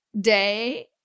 day